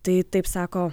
tai taip sako